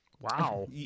Wow